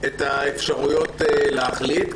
אפשרויות להחליט,